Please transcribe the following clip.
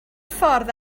ffordd